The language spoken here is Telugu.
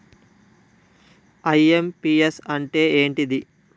ఐ.ఎమ్.పి.యస్ అంటే ఏంటిది?